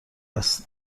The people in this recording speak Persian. است